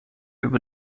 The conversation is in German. über